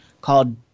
called